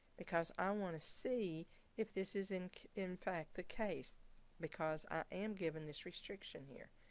because i want to see if this is in in fact the case because i am given this restriction here.